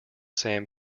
same